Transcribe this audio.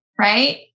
right